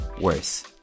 worse